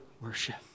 worship